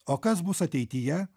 o kas bus ateityje